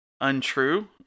untrue